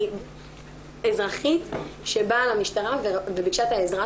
אני אזרחית שבאה למשטרה וביקשה את העזרה